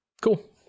Cool